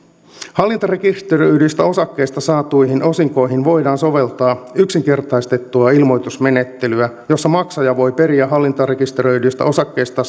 hallintarekisteröidyistä osakkeista saatuihin osinkoihin voidaan soveltaa yksinkertaistettua ilmoitusmenettelyä jossa maksaja voi periä hallintarekisteröidyistä osakkeista